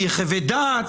יחווה דעת.